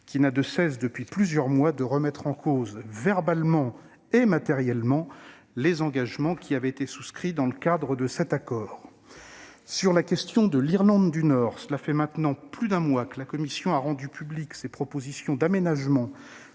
qui ne cesse, depuis plusieurs mois, de remettre en cause verbalement et matériellement les engagements souscrits dans le cadre de cet accord. En ce qui concerne l'Irlande du Nord, cela fait maintenant plus d'un mois que la Commission a rendu publiques ses propositions d'aménagement